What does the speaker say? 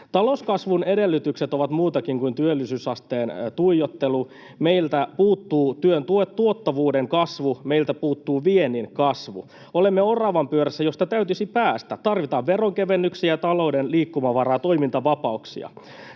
Talouskasvun edellytykset ovat muutakin kuin työllisyysasteen tuijottelu. Meiltä puuttuu työn tuottavuuden kasvu, meiltä puuttuu viennin kasvu. Olemme oravanpyörässä, josta täytyisi päästä. Tarvitaan veronkevennyksiä ja talouden liikkumavaraa ja toimintavapauksia.